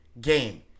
game